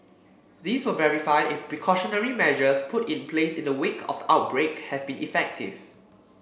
this will verify if precautionary measures put in place in the wake of the outbreak have been effective